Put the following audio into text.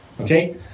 Okay